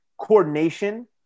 coordination